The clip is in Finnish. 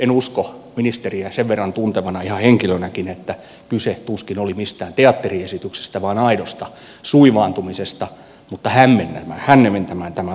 en usko ministeriä sen verran tuntevana ihan henkilönäkin että kyse oli mistään teatteriesityksestä vaan aidosta suivaantumisesta mutta hämmentymään tämä laittaa